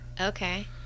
Okay